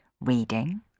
reading